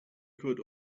could